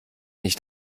nicht